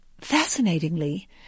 fascinatingly